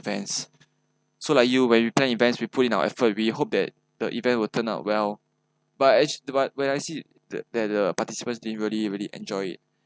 events so like you when you plan events we put in our effort we hope that the event will turn out well but act~ but when I see the that the participants didn't really really enjoy it